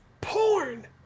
Porn